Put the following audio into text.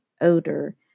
odor